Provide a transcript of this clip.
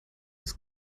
ist